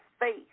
faith